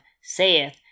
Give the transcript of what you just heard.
saith